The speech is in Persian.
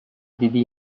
دیدی